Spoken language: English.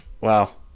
Wow